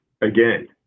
again